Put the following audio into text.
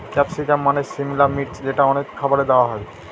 capsicum মানে সিমলা মির্চ যেটা অনেক খাবারে দেওয়া হয়